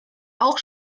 auch